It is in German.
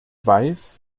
weiß